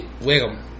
Wiggle